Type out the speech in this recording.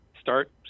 start